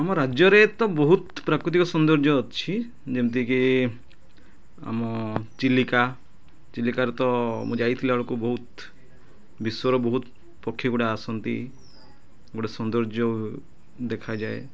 ଆମ ରାଜ୍ୟରେ ତ ବହୁତ ପ୍ରାକୃତିକ ସୌନ୍ଦର୍ଯ୍ୟ ଅଛି ଯେମିତିକି ଆମ ଚିଲିକା ଚିଲିକାରେ ତ ମୁଁ ଯାଇଥିଲି ବେଳକୁ ବହୁତ ବିଶ୍ୱର ବହୁତ ପକ୍ଷୀ ଗୁଡ଼ା ଆସନ୍ତି ଗୋଟେ ସୌନ୍ଦର୍ଯ୍ୟ ଦେଖାଯାଏ